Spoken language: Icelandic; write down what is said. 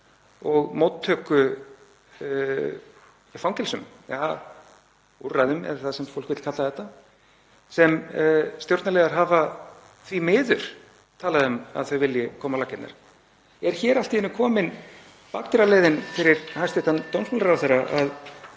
og móttökufangelsum, úrræðum er það sem fólk vill kalla þetta, sem stjórnarliðar hafa því miður talað um að þau vilji koma á laggirnar? Er hér allt í einu komin bakdyraleið fyrir hæstv. dómsmálaráðherra að